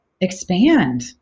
expand